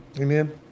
Amen